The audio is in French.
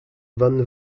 van